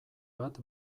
bat